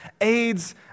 aids